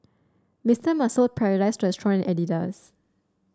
Mister Muscle Paradise Restaurant Adidas